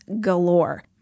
galore